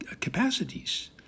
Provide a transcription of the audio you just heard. capacities